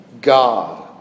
God